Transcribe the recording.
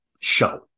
show